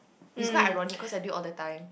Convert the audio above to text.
it's quite ironic cause I do it all the time